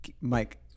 Mike